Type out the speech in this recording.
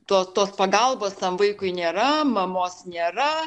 to tos pagalbos tam vaikui nėra mamos nėra